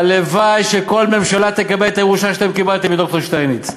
הלוואי שכל ממשלה תקבל את הירושה שאתם קיבלתם מד"ר שטייניץ.